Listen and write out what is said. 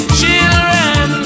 children